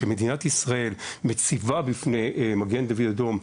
שמדינת ישראל מציבה בפני מגן דוד אדום,